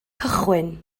cychwyn